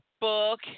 book